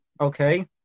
Okay